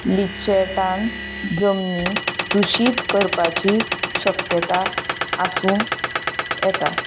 जमनी दुशीत करपाची शक्यता आसूं येता